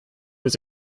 was